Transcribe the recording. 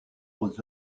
aux